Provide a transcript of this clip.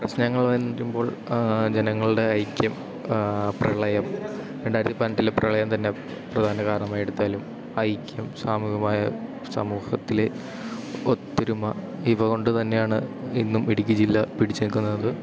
പ്രശ്നങ്ങൾ വരുമ്പോൾ ജനങ്ങളുടെ ഐക്യം പ്രളയം രണ്ടായിരത്തിപ്പതിനെട്ടിലെ പ്രളയം തന്നെ പ്രധാന കാരണമായെടുത്താലും ഐക്യം സാമൂഹ്യമായ സമൂഹത്തിലെ ഒത്തൊരുമ ഇവ കൊണ്ടുതന്നെയാണ് ഇന്നും ഇടുക്കി ജില്ല പിടിച്ചു നിൽക്കുന്നത്